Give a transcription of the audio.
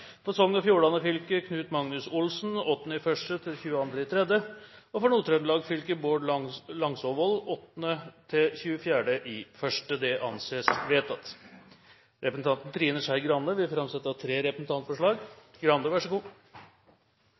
For Sogn og Fjordane fylke: Knut Magnus Olsen 8. januar til 22. mars For Nord-Trøndelag fylke: Bård Langsåvold 8.–24. januar Representanten Trine Skei Grande vil framsette tre representantforslag. Jeg har bare to i hånda, så